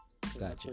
gotcha